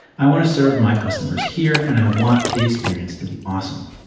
i want to serve my customers here and i want the experience to be awesome.